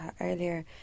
earlier